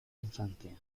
infancia